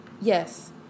Yes